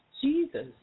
Jesus